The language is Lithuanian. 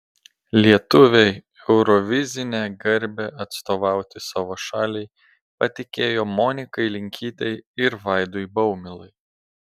lietuviai eurovizinę garbę atstovauti savo šaliai patikėjo monikai linkytei ir vaidui baumilai